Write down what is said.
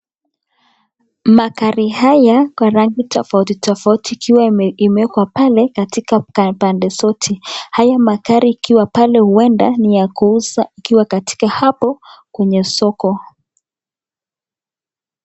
Magari haya kwa rangi tofauti tofauti ikiwa imewekwa pale katika pande zote , hayo magari yakiwa pale uenda ni ya kuuzwa yakiwa katika hapo kwenye soko.